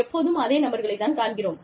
எப்போதும் அதே நபர்களைத் தான் காண்கிறோம்